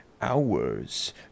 hours